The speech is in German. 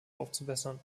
aufzubessern